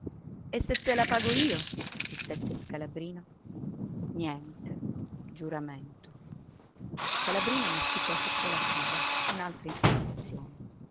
e se te la pago io insistette scalabrino niente giuramento scalabrino masticò sotto la tuba un'altra imprecazione